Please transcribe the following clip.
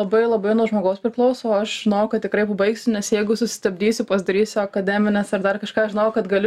ir labai labai nuo žmogaus priklauso aš žinojau kad tikrai pabaigsiu nes jeigu susistabdysiu pasidarysiu akademines ar dar kažką aš žinojau kad galiu